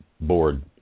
board